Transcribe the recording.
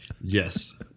Yes